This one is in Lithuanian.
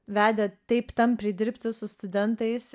vedė taip tampriai dirbti su studentais